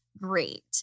Great